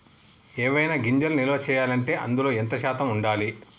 ఏవైనా గింజలు నిల్వ చేయాలంటే అందులో ఎంత శాతం ఉండాలి?